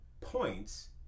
points